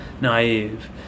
naive